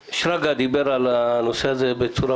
שרגא ברוש דיבר על הנושא הזה בהרחבה.